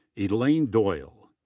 elaine doyle.